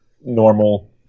Normal